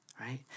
right